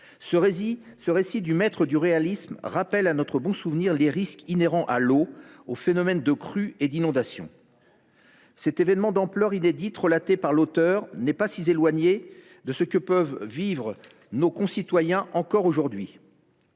Ce récit du maître du réalisme rappelle à notre bon souvenir les risques inhérents à l’eau, aux phénomènes de crue et d’inondation. Cet événement d’ampleur inédite relaté par l’auteur n’est pas si éloigné de ce que peuvent vivre nos concitoyens encore aujourd’hui.